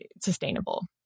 sustainable